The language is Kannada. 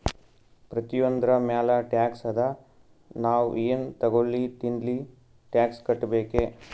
ಪ್ರತಿಯೊಂದ್ರ ಮ್ಯಾಲ ಟ್ಯಾಕ್ಸ್ ಅದಾ, ನಾವ್ ಎನ್ ತಗೊಲ್ಲಿ ತಿನ್ಲಿ ಟ್ಯಾಕ್ಸ್ ಕಟ್ಬೇಕೆ